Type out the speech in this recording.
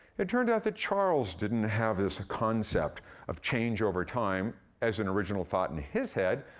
it turned out that charles didn't have this concept of change over time as an original thought in his head.